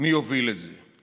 מי יוביל את זה.